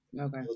Okay